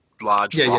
large